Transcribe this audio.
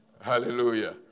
Hallelujah